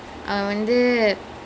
mm okay